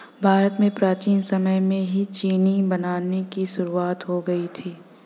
भारत में प्राचीन समय में ही चीनी बनाने की शुरुआत हो गयी थी